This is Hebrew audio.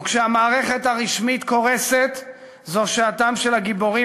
וכשהמערכת הרשמית קורסת זו שעתם של הגיבורים,